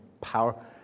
power